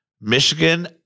Michigan